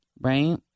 Right